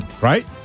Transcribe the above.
Right